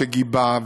שגיבה,